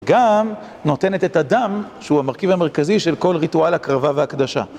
גם נותנת את הדם שהוא המרכיב המרכזי של כל ריטואל הקרבה והקדשה.